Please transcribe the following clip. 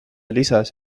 lisas